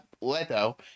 Leto